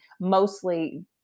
mostly